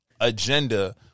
agenda